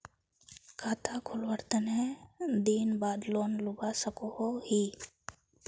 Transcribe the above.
खाता खोलवार कते दिन बाद लोन लुबा सकोहो ही?